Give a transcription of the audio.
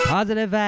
Positive